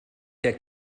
der